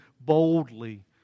boldly